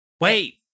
Wait